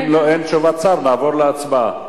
אם אין תשובת שר נעבור להצבעה.